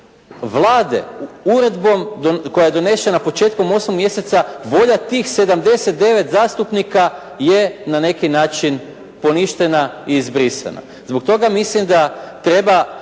Vlade, uredbom koja je donošena početkom osmog mjeseca volja tih 79 zastupnika je na neki način poništena i izbrisana. Zbog toga mislim da treba